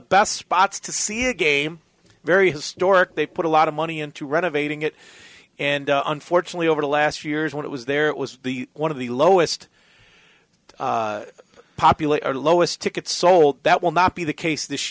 best spots to see a game very historic they put a lot of money into renovating it and unfortunately over the last few years when it was there it was one of the lowest popular lowest ticket sold that will not be the case this